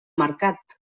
mercat